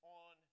on